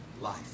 life